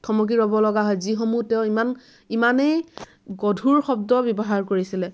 থমকি ৰব লগা হয় যিসমূহ তেওঁ ইমান ইমানেই গধুৰ শব্দ ব্যৱহাৰ কৰিছিলে